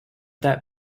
that